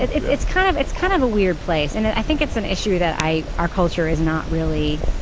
it's it's kind of it's kind of a weird place. and i think it's an issue that i. our culture is not really.